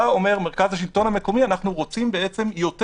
בא ואומר מרכז השלטון המקומי: אנחנו רוצים יותר,